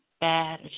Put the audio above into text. bad